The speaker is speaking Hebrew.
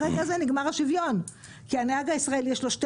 ברגע הזה נגמר השוויון כי לנהג הישראלי יש שתי